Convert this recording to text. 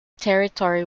territory